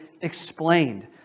explained